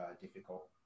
difficult